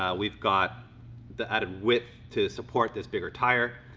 ah we've got the added width to support this bigger tyre.